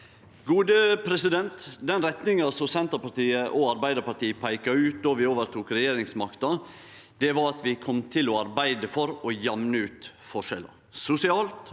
Sande Den retninga som Senterpartiet og Arbeidarpartiet peika ut då vi overtok regjeringsmakta, var at vi kom til å arbeide for å jamne ut forskjellar sosialt